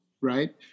Right